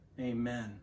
Amen